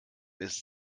ist